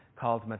called